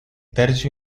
tercio